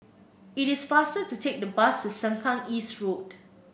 it is faster to take the bus to Sengkang East Road